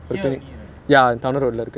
which [one] ah is it the